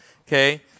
okay